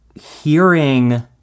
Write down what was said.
hearing